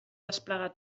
desplegar